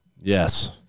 Yes